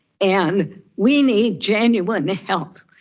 and we need genuine help.